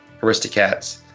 Aristocats